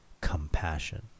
compassion